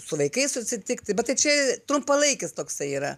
su vaikais susitikti bet tai čia trumpalaikis toksai yra